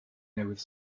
newydd